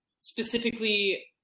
specifically